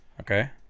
Okay